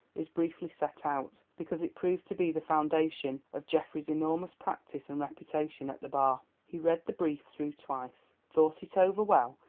is briefly set out, because it proved to be the foundation of geoffrey's enormous practice and reputation at the bar. he read the brief through twice, thought it over well,